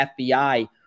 FBI